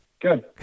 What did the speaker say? Good